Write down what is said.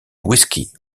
whisky